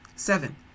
Seven